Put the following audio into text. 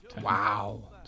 Wow